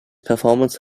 performance